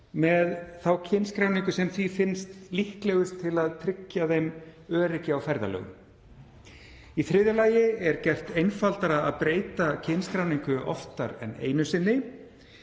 með þá kynskráningu sem því finnst líklegust til að tryggja því öryggi á ferðalögum. Í þriðja lagi er gert einfaldara að breyta kynskráningu oftar en einu sinni.